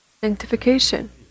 Sanctification